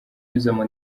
nyuzamo